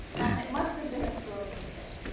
and it must have been a slow news day,